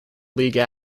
league